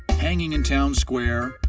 hanging in town square,